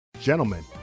Gentlemen